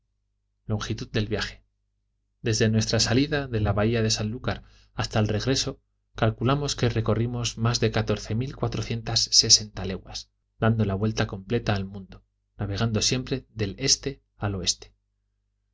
longitud del viaje desde nuestra salida de la bahía de sanlúcar hasta el regreso calculamos que recorrimos más de catorce mil cuatrocientas sesenta leguas dando la completa vuelta al mundo navegando siempre del este al oeste